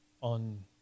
on